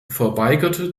verweigerte